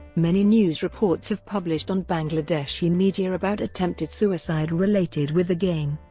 many news reports have published on bangladeshi media about attempted suicide related with the game.